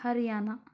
Haryana